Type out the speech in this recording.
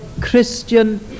Christian